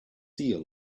eel